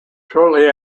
shortly